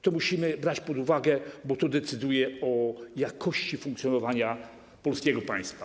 To musimy brać pod uwagę, bo to decyduje o jakości funkcjonowania polskiego państwa.